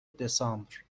دسامبر